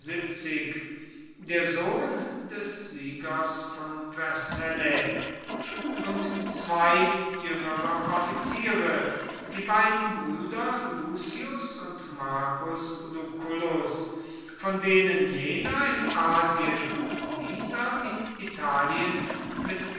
der sohn des siegers von vercellae und zwei jüngere offiziere die beiden brüder lucius und marcus lucullus von denen jener in asien dieser in italien mit